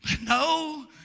no